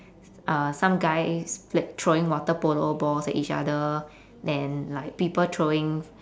uh some guys pl~ like throwing water polo balls at each other then like people throwing